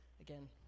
again